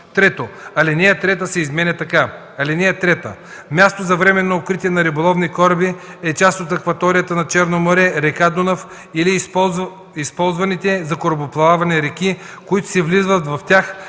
3. Алинея 3 се изменя така: „(3) Място за временно укритие на риболовни кораби е част от акваторията на Черно море, р. Дунав или използваните за корабоплаване реки, които се вливат в тях,